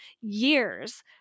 years